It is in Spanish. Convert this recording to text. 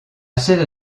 sede